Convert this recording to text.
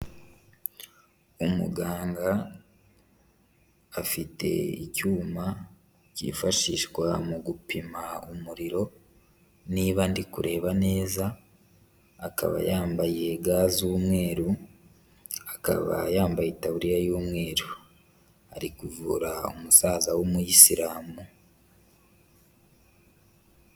Umuganga afite icyuma kifashishwa mu gupima umuriro n'iba ndi kureba neza akaba yambaye ga z'umweru, akaba yambaye itaburiya y'umweru. Ari kuvura umusaza w'umuyisilamu.